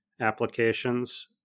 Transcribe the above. applications